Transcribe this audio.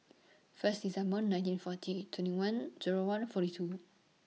First December nineteen forty twenty one Zero one forty two